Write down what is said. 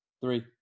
Three